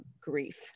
grief